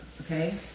okay